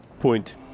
Point